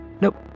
Nope